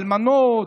אלמנות,